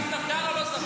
אתה שחקן או לא שחקן?